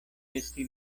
esti